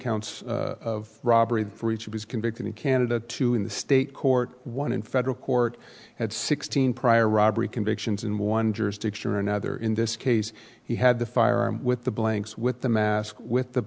counts of robbery for each he was convicted in canada two in the state court one in federal court had sixteen prior robbery convictions in one jurisdiction or another in this case he had the firearm with the blanks with the mask with the